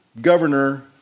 governor